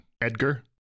Edgar